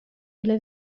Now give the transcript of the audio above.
illa